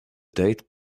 date